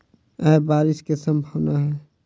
आय बारिश केँ सम्भावना छै?